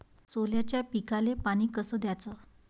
सोल्याच्या पिकाले पानी कस द्याचं?